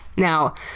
now,